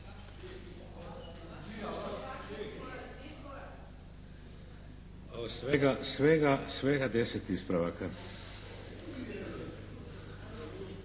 svega 10 ispravaka.